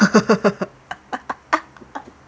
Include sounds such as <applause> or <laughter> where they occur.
<laughs>